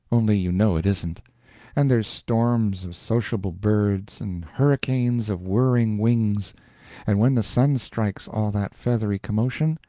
only you know it isn't and there's storms of sociable birds, and hurricanes of whirring wings and when the sun strikes all that feathery commotion,